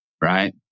right